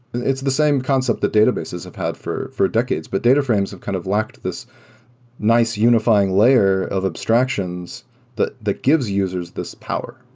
it's the same concept that databases have had for for decades, but data frames have kind of lacked this nice unifying layer of abstractions that gives users this power.